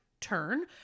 turn